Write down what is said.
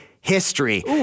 history